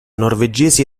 norvegesi